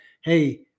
Hey